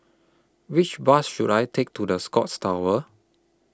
Which Bus should I Take to The Scotts Tower